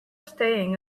staying